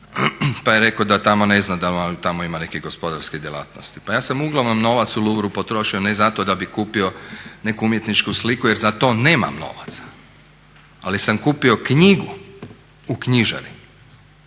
pa je rekao da tamo ne zna da tamo ima nekih gospodarskih djelatnosti. Pa ja sam uglavnom novac u Louvreu potrošio ne zato da bih kupio neku umjetničku sliku jer za to nemam novaca ali sam kupio knjigu u knjižari,